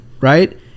Right